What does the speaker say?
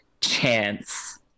chance